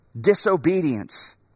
disobedience